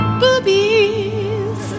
boobies